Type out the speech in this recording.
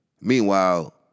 Meanwhile